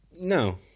No